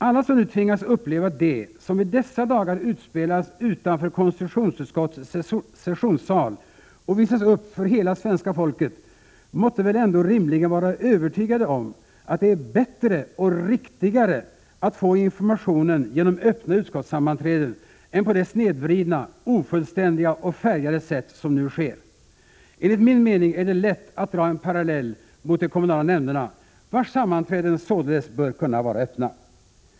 Alla som nu tvingas uppleva det som i dessa dagar utspelas utanför konstitutionsutskottets sessionssal och visas upp för hela svenska folket måtte väl ändå rimligen vara övertygade om att det är bättre och riktigare att få informationen genom öppna utskottssammanträden än på det snedvridna, ofullständiga och färgade sätt som nu används. Enligt min mening är det lätt att dra en parallell med de kommunala nämnderna, vars sammanträden således bör kunna vara öppna.